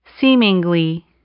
Seemingly